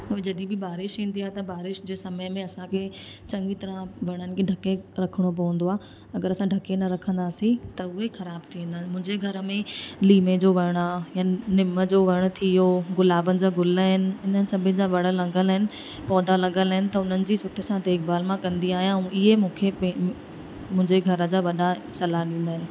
ऐं जॾहिं बि बारिश ईंदी आहे त बारिश जे समय में असांखे चङी तरह वणनि खे ढके रखिणो पवंदो आहे अगरि असां ढके न रखंदासी त उए ख़राब थी वेंदा ऐं मुंहिंजे घर में लीमे जो वणु आहे या निम जो वण थी वियो गुलाबनि जा ग़ुल आहिनि हिननि सभिनि जा वण लॻियलु आहिनि पौधा लॻियलु आहिनि त उन्हनि जी सुठे सां देखभालु मां कंदी आहियां ऐं इहा मूंखे मुंहिंजे घर जा वॾा सलाहु ॾींदा आहिनि